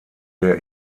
der